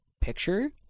picture